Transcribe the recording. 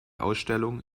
ausstellung